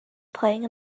playing